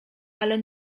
ale